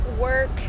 work